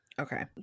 Okay